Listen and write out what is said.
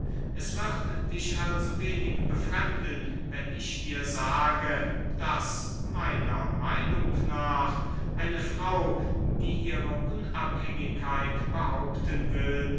es wird dich also wenig befremden wenn ich dir sage daß meiner meinung nach eine frau die ihre unabhängigkeit behaupten will